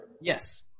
Yes